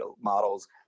models